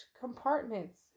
compartments